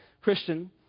Christian